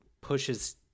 pushes